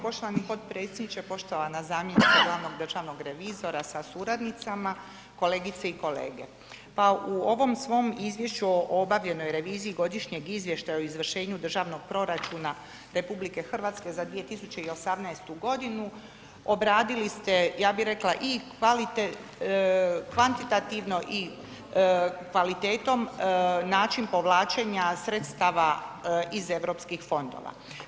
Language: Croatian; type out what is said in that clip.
Poštovani potpredsjedniče, poštovana zamjenica glavnog državnog revizora sa suradnicama, kolegice i kolege, pa u ovom svom izvješću o obavljenoj reviziji godišnjeg izvještaja o izvršenju državnog proračuna RH za 2018.g. obradili ste, ja bi rekla i kvantitativno i kvalitetom način povlačenja sredstava iz Europskih fondova.